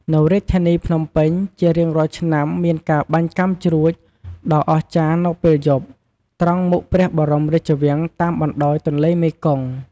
នៅរាជធានីភ្នំពេញ ជារៀងរាល់ឆ្នាំមានការបាញ់កាំជ្រួចដ៏អស្ចារ្យនៅពេលយប់ ត្រង់មុខព្រះបរមរាជវាំងតាមបណ្តោយទន្លេមេគង្គ។